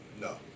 No